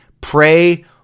Pray